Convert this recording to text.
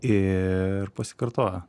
ir pasikartojo